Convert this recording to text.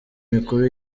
mikuru